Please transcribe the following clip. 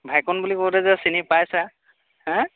ভাইকন বুলি কওঁতে যে চিনি পাইছা হাঁ